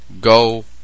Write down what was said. go